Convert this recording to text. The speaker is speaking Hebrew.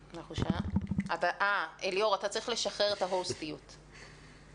פה לאחרונה, אי אפשר לדבר על יעילות כלכלית